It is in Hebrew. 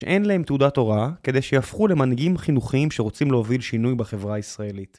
שאין להם תעודת הוראה, כדי שיהפכו למנהיגים חינוכיים שרוצים להוביל שינוי בחברה הישראלית.